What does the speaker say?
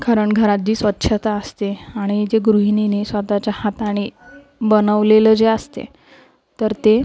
कारण घरात जी स्वच्छता असते आहे आणि जे गृहिणीने स्वतःच्या हाताने बनवलेलं जे असते आहे तर ते